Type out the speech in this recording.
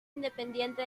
independiente